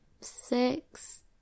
six